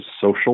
social